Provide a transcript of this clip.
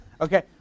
Okay